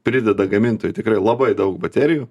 prideda gamintojai tikrai labai daug baterijų